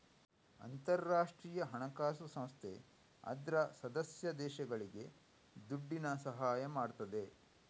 ಅಂತಾರಾಷ್ಟ್ರೀಯ ಹಣಕಾಸು ಸಂಸ್ಥೆ ಅದ್ರ ಸದಸ್ಯ ದೇಶಗಳಿಗೆ ದುಡ್ಡಿನ ಸಹಾಯ ಮಾಡ್ತದೆ